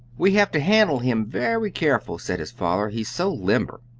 we have to handle him very careful, said his father, he's so limber.